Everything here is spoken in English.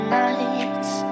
nights